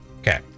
Okay